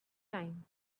time